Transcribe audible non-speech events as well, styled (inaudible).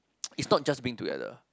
(noise) it's not just being together